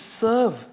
serve